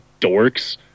Dorks